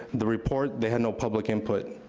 the report, they had no public input.